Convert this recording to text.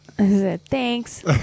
thanks